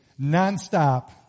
nonstop